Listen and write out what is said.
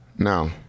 No